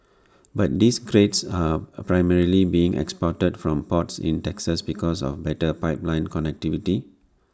but these grades are primarily being exported from ports in Texas because of better pipeline connectivity